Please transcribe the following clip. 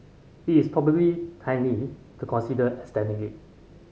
it is probably timely to consider extending it